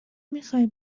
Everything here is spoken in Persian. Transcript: میخوای